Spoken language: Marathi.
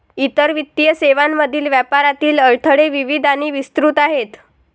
इतर वित्तीय सेवांमधील व्यापारातील अडथळे विविध आणि विस्तृत आहेत